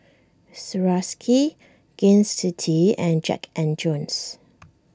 Swarovski Gain City and Jack and Jones